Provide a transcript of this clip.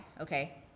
Okay